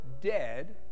dead